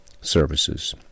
services